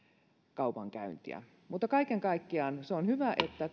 kaupankäyntiä mutta kaiken kaikkiaan on hyvä että